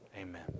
amen